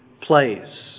place